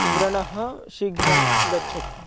व्रणः शीघ्रं गच्छति